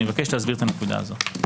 אני מבקש להסביר את הנקודה הזאת.